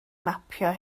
mapio